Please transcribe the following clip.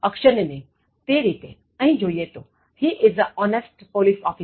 અક્ષ્રર ને નહીતે રીતે અહીં જોઇએ તો He is a honest police officer